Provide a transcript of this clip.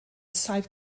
saif